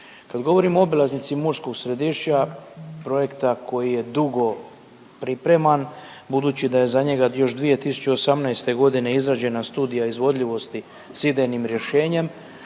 Kad govorimo o obilaznici Murskog Središća, projekta koji je dugo pripreman, budući da je za njega još 2018. godine izrađena studija izvodljivosti s idejnim rješenjem,